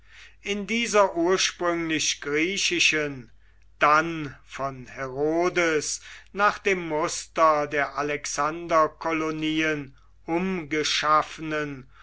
in dieser ursprünglich griechischen dann von herodes nach dem muster der alexanderkolonien umgeschaffenen